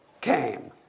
came